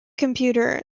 computer